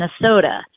Minnesota